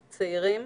צעירים,